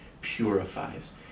purifies